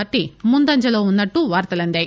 party ముందంజలో వున్న ట్లు వార్తలందాయి